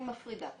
מפרידה.